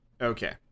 Okay